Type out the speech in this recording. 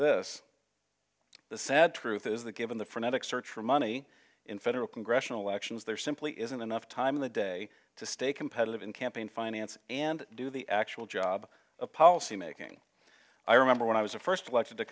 this the sad truth is that given the frenetic search for money in federal congressional elections there simply isn't enough time in the day to stay competitive in campaign finance and do the actual job of policymaking i remember when i was a first elected to